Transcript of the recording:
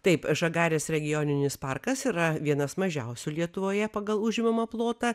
taip žagarės regioninis parkas yra vienas mažiausių lietuvoje pagal užimamą plotą